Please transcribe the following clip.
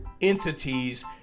entities